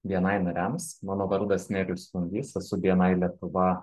bni nariams mano vardas nerijus lungys esu bni lietuva